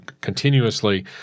continuously